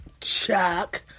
Chuck